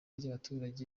y’abaturage